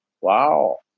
wow